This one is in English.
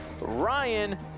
Ryan